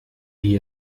wie